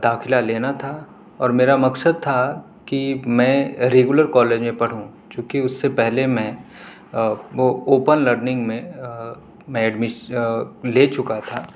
داخلہ لینا تھا اور میرا مقصد تھا کہ میں ریگولر کالج میں پڑھوں چونکہ اس سے پہلے میں وہ اوپن لرننگ میں میں لے چکا تھا